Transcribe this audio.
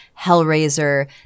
Hellraiser